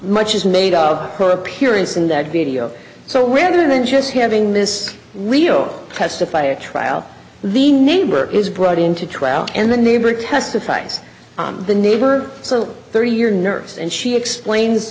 much is made of her appearance in that video so rather than just having this real testify at trial the neighbor is brought into trial and the neighbor testifies the neighbor so thirty year nurse and she explains